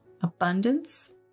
abundance